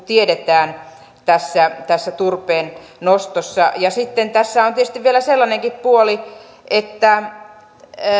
tiedetään tässä tässä turpeennostossa sitten tässä on tietysti vielä sellainenkin puoli että